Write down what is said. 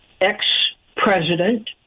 ex-president